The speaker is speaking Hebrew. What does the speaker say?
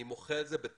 אני מוחה על זה בתוקף.